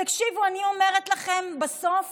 תקשיבו, אני אומרת לכם, בסוף